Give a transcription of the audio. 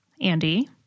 Andy